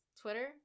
Twitter